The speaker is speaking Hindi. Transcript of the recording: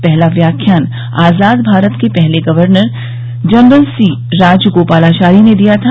पहला व्याख्यान आजाद भारत के पहले गवर्नर जनरल सी राजगोपालाचारी ने दिया था